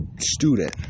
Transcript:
student